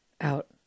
out